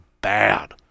bad